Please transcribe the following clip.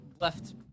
left